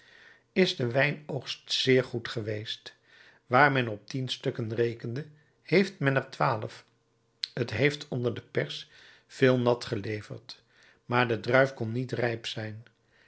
is de wijnoogst zeer goed geweest waar men op tien stukken rekende heeft men er twaalf t heeft onder de pers veel nat geleverd maar de druif kon niet rijp zijn